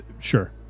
Sure